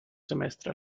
semestre